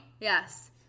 Yes